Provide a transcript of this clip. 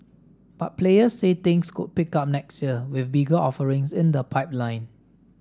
but players say things could pick up next year with bigger offerings in the pipeline